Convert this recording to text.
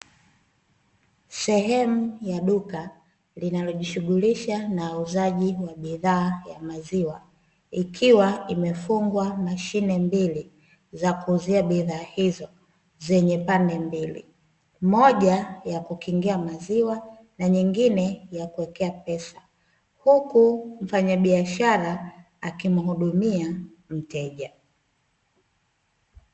Sehemu ya duka linalojishughulisha na uuzaji wa bidhaa ya maziwa, ikiwa imefungwa mashine mbili za kuuzia bidhaa hizo zenye pande mbili, moja ya kukingia maziwa, na nyingine ya kuwekea pesa, huku mfanyabiashara akimuhudumia mteja.